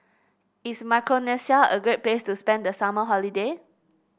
is Micronesia a great place to spend the summer holiday